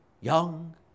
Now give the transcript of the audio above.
young